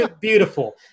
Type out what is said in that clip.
beautiful